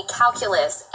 calculus